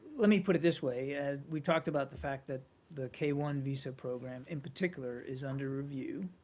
let me put it this way. and we've talked about the fact that the k one visa program in particular is under review.